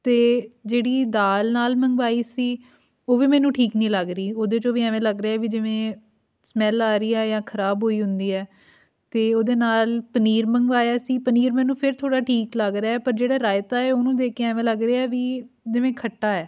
ਅਤੇ ਜਿਹੜੀ ਦਾਲ ਨਾਲ ਮੰਗਵਾਈ ਸੀ ਉਹ ਵੀ ਮੈਨੂੰ ਠੀਕ ਨਹੀਂ ਲੱਗ ਰਹੀ ਉਹਦੇ 'ਚੋਂ ਵੀ ਐਵੇਂ ਲੱਗ ਰਿਹਾ ਵੀ ਜਿਵੇਂ ਸਮੈਲ ਆ ਰਹੀ ਆ ਜਾਂ ਖਰਾਬ ਹੋਈ ਹੁੰਦੀ ਹੈ ਅਤੇ ਉਹਦੇ ਨਾਲ ਪਨੀਰ ਮੰਗਵਾਇਆ ਸੀ ਪਨੀਰ ਮੈਨੂੰ ਫਿਰ ਥੋੜ੍ਹਾ ਠੀਕ ਲੱਗ ਰਿਹਾ ਪਰ ਜਿਹੜਾ ਰਾਇਤਾ ਏ ਉਹਨੂੰ ਦੇਖ ਕੇ ਐਵੇਂ ਲੱਗ ਰਿਹਾ ਵੀ ਜਿਵੇਂ ਖੱਟਾ ਹੈ